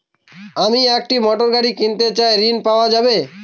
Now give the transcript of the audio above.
আমি একটি মোটরগাড়ি কিনতে চাই ঝণ পাওয়া যাবে?